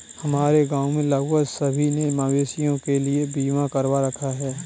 हमारे गांव में लगभग सभी ने मवेशियों के लिए बीमा करवा रखा है